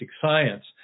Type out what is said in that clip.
science